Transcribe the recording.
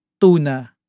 tuna